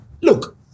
Look